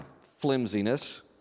flimsiness